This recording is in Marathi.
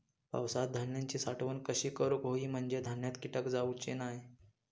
पावसात धान्यांची साठवण कशी करूक होई म्हंजे धान्यात कीटक जाउचे नाय?